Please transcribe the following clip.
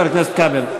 חבר הכנסת כבל.